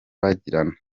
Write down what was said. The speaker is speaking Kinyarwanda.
bagirana